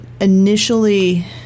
initially